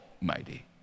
mighty